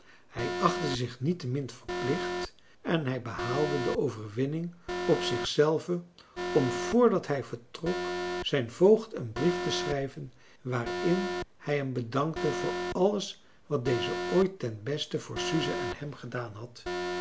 hij achtte zich niettemin verplicht en hij behaalde de overwinning op zich zelven om voordat hij vertrok zijn voogd een brief te schrijven waarin hij hem bedankte voor alles wat deze ooit ten beste voor suze en hem gedaan had